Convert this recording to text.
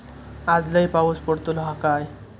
आज लय पाऊस पडतलो हा काय?